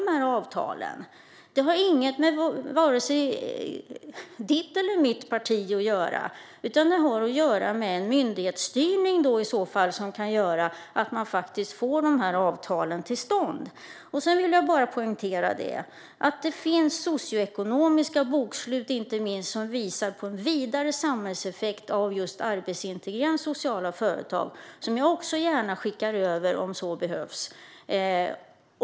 Det har ingenting att göra med vare sig ditt eller mitt parti, Mikael Damberg, utan det har att göra med en myndighetsstyrning som kan göra att man får dessa avtal till stånd. Jag vill poängtera att det finns socioekonomiska bokslut som visar på en vidare samhällseffekt av just arbetsintegrerande sociala företag som jag gärna skickar över om så behövs.